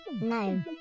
no